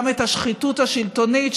גם את השחיתות השלטונית,